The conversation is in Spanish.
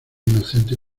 inocente